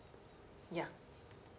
ya